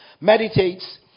meditates